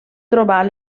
trobar